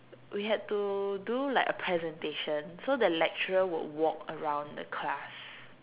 we had to do like a presentation so the lecturer would walk around the class